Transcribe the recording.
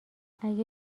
اگه